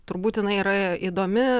turbūt jinai yra įdomi